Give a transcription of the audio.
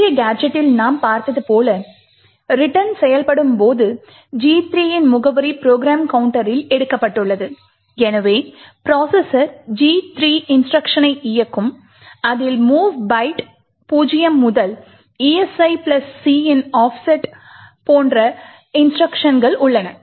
முந்தைய கேஜெட்டில் நாம் பார்த்தது போல return செயல்படும் போது G 3 இன் முகவரி ப்ரோக்ராம் கவுண்டரில் எடுக்கப்பட்டுள்ளது எனவே ப்ரோசஸர் G 3 இன்ஸ்ட்ருக்ஷனை இயக்கும் அதில் mov byte 0 முதல் esi c இன் ஆஃப்செட்டு போன்ற இன்ஸ்ட்ருக்ஷன்கள் உள்ளன